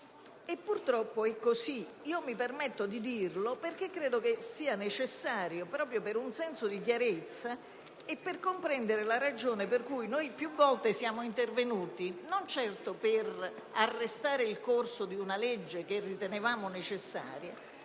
Purtroppo, è stato così e mi permetto di ribadirlo perché credo sia necessario per un senso di chiarezza e per comprendere la ragione per cui più volte siamo intervenuti, non certo per arrestare il corso di una legge che ritenevamo necessaria,